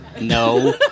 No